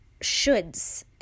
shoulds